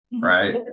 right